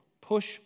Push